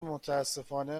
متأسفانه